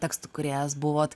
tekstų kūrėjas buvot